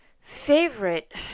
favorite